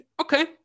okay